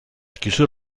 chiusura